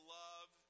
love